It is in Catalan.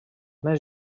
més